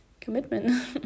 commitment